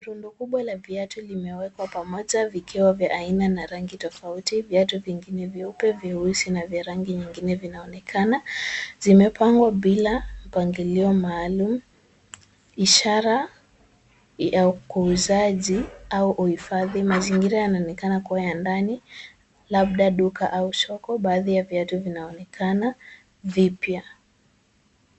Rundo kubwa la viatu limewekwa pamoja vikiwa vya aina na rangi tofauti, viatu vingine vyeupe, vyeusi na vya rangi nyingine vinaonekana, zimepangwa bila mpangilio maalum, ishara ya kuuzaji au uhifadhi. Mazingira yanaonekana kuwa ya ndani, labda duka au soko baadhi ya viatu vinaonekana vipya.